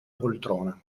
poltrona